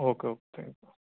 okay okay thank you